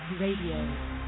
Radio